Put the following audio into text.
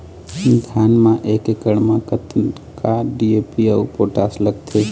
धान म एक एकड़ म कतका डी.ए.पी अऊ पोटास लगथे?